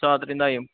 so ಅದ್ರಿಂದಾಗಿ